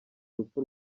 urupfu